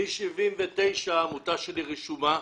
מ-1979 העמותה שלי רשומה,